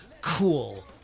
cool